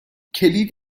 کلید